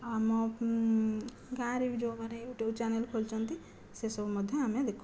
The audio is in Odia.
ଆମ ଗାଁରେ ବି ଯେଉଁମାନେ ୟୁଟ୍ୟୁବ ଚ୍ୟାନେଲ ଖୋଲିଛନ୍ତି ସେ ସବୁ ମଧ୍ୟ ଆମେ ଦେଖୁ